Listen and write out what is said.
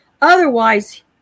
Otherwise